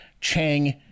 chang